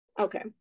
Okay